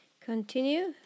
continue